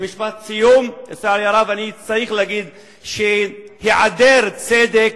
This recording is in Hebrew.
משפט סיום: לצערי הרב, אני צריך להגיד שהיעדר צדק